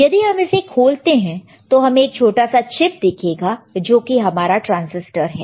यदि हम इसे खोलते हैं तो हमें एक छोटा सा चिप दिखेगा जो कि हमारा ट्रांसिस्टर है